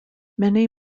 many